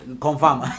Confirm